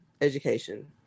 education